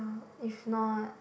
if not